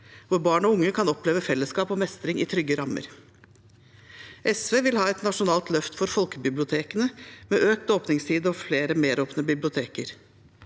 hvor barn og unge kan oppleve fellesskap og mestring innen trygge rammer. SV vil ha et nasjonalt løft for folkebibliotekene, med økt åpningstid og flere meråpne biblioteker,